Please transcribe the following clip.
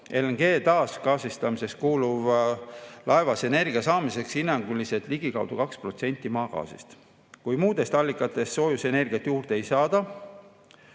LNG taasgaasistamiseks kulub laevas energia saamiseks hinnanguliselt ligikaudu 2% maagaasist. Kui muudest allikatest soojusenergiat juurde ei saada,